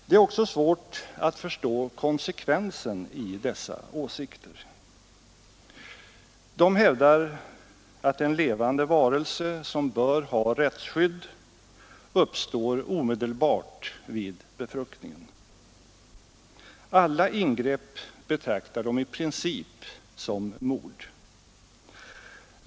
Det är också svårt att förstå konsekvensen i dessa åsikter. De hävdar att en levande varelse, som bör ha rättsskydd, uppstår omedelbart vid befruktningen. Alla ingrepp betraktar de i princip som mord.